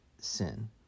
sin